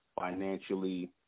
financially